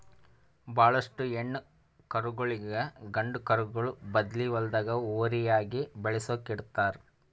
ಭಾಳೋಷ್ಟು ಹೆಣ್ಣ್ ಕರುಗೋಳಿಗ್ ಗಂಡ ಕರುಗೋಳ್ ಬದ್ಲಿ ಹೊಲ್ದಾಗ ಹೋರಿಯಾಗಿ ಬೆಳಸುಕ್ ಇಡ್ತಾರ್